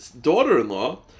daughter-in-law